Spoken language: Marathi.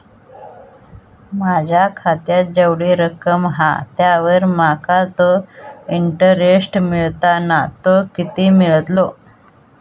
माझ्या खात्यात जेवढी रक्कम हा त्यावर माका तो इंटरेस्ट मिळता ना तो किती मिळतलो?